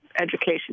education